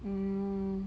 mm